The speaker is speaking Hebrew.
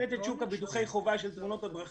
ימוטט את שוק ביטוחי החובה של תאונות הדרכים